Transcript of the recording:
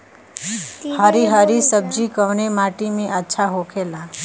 हरी हरी सब्जी कवने माटी में अच्छा होखेला?